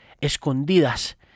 escondidas